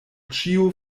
ĉiu